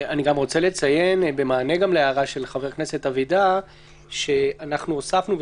אני גם רוצה לציין בהמשך להערה של ח"כ אבידר שאנחנו הוספנו,